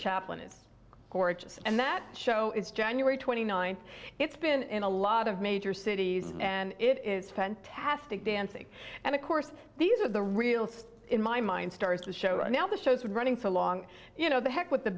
chaplin is gorgeous and that show is january twenty nine it's been in a lot of major cities and it is fantastic dancing and of course these are the real stuff in my mind stars to show right now the shows running so long you know the heck with the